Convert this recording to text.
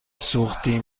سوختی